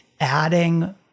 adding